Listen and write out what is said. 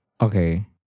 Okay